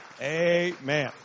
Amen